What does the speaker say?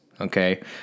okay